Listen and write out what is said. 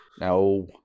No